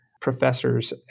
professors